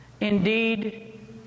Indeed